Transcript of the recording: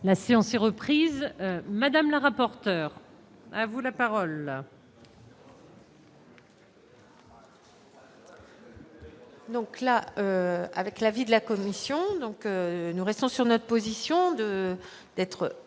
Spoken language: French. La séance est reprise madame la rapporteur à vous la parole. Donc là, avec l'avis de la commission, donc nous restons sur notre position de d'être